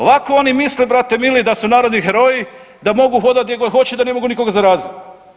Ovako oni misle brate mili da su narodni heroji, da mogu hodati gdje god hoće, da ne mogu nikoga zaraziti.